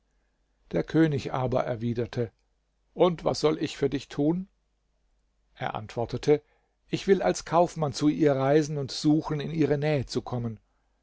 der könig aber erwiderte und was soll ich für dich tun er antwortete ich will als kaufmann zu ihr reisen und suchen in ihre nähe zu kommen